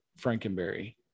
Frankenberry